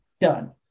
done